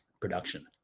production